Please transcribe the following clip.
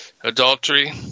adultery